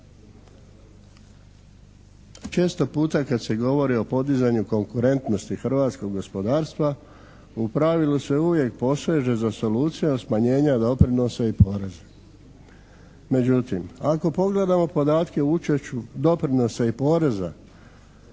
Često puta kad se govori o podizanju konkurentnosti hrvatskog gospodarstva u pravilu se uvijek poseže za solucijom smanjenja doprinosa i poreza. Međutim, ako pogledamo podatke o učešću doprinosa i poreza